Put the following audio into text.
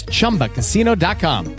ChumbaCasino.com